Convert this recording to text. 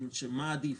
כלומר מה עדיף.